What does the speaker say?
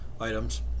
items